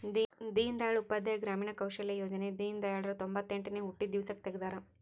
ದೀನ್ ದಯಾಳ್ ಉಪಾಧ್ಯಾಯ ಗ್ರಾಮೀಣ ಕೌಶಲ್ಯ ಯೋಜನೆ ದೀನ್ದಯಾಳ್ ರ ತೊಂಬೊತ್ತೆಂಟನೇ ಹುಟ್ಟಿದ ದಿವ್ಸಕ್ ತೆಗ್ದರ